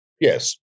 Yes